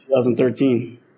2013